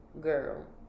girl